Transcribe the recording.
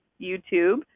YouTube